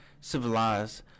civilized